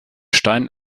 stein